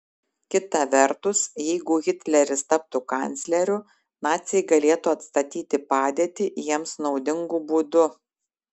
kita vertus jeigu hitleris taptų kancleriu naciai galėtų atstatyti padėtį jiems naudingu būdu